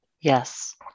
Yes